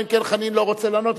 אלא אם כן חנין לא רוצה לענות,